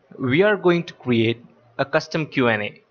we are going to create a custom q and a.